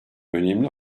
önemli